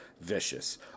Vicious